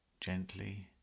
gently